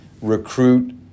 recruit